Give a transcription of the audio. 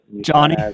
Johnny